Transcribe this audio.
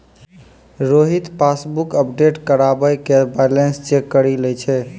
Rohit passbook update करबाय के balance check करि लै छै